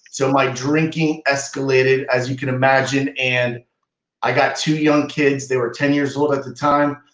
so my drinking escalated as you can imagine, and i got two young kids, they were ten years old at the time,